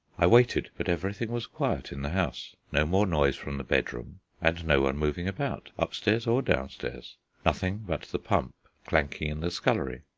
i waited but everything was quiet in the house no more noise from the bedroom and no one moving about, upstairs or downstairs nothing but the pump clanking in the scullery.